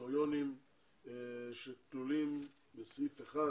הקריטריונים שכלולים בסעיף 1